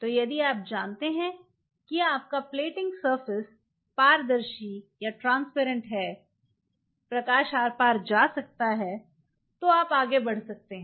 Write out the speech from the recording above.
तो यदि आप जानते हैं कि आपका प्लेटिंग सरफेस पारदर्शी है प्रकाश आर पार जा सकता है तो आप आगे बढ़ सकते हैं